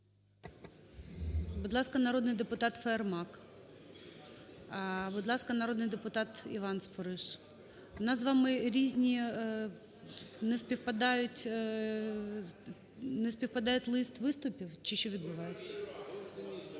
Будь ласка, народний депутат Фаєрмарк. Будь ласка, народний депутат Іван Спориш. У нас з вами різні… не співпадають, не співпадає лист виступів, чи що відбувається?